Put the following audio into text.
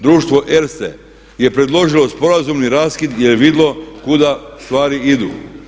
Društvo Erste je predložilo sporazumni raskid jer je vidjelo kuda stvari idu.